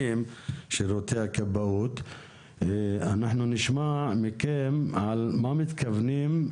משירותי הכבאות מה מתכוונים לעשות,